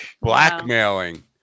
Blackmailing